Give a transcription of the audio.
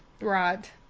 Right